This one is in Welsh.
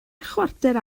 chwarter